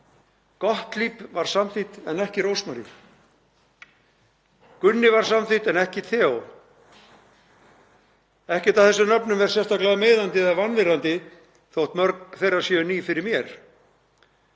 Gottlieb var samþykkt en ekki Rósmarín. Gunni var samþykkt en ekki Theo. Ekkert af þessum nöfnum er sérstaklega meiðandi eða vanvirðandi þótt mörg þeirra séu ný fyrir mér.